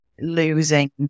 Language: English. losing